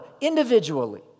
individually